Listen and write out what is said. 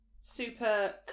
super